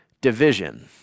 division